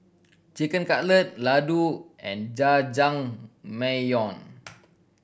Chicken Cutlet Ladoo and Jajangmyeon